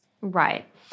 Right